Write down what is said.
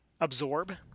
absorb